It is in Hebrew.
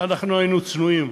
אנחנו היינו צנועים,